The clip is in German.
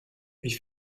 ich